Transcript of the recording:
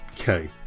Okay